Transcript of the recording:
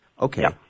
Okay